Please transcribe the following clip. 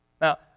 Now